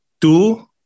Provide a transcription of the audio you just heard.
two